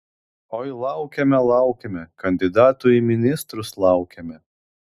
oi laukėme laukėme kandidatų į ministrus laukėme